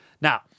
now